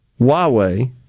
Huawei